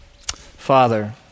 Father